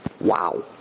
Wow